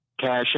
cash